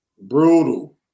Brutal